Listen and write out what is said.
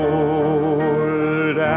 Lord